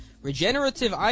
Regenerative